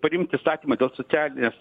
priimt įstatymą dėl socialinės